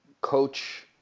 coach